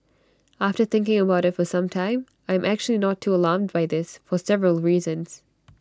after thinking about IT for some time I am actually not too alarmed by this for several reasons